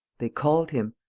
they called him.